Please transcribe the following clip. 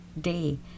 day